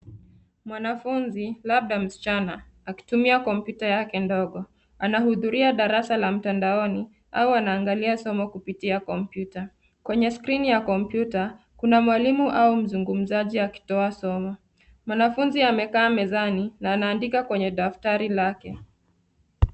Mwanafunzi labda msichana akitumia kompyuta yake ndogo, anahudhuria darasa la mtandaoni au anaangalia somo kupitia kompyuta, kwenye skrini ya kompyuta kuna mwalimu au msungumzaji akitoa somo, mwanafunzi amekaa mezani na anaandika kwenye daftari lake.